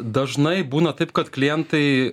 dažnai būna taip kad klientai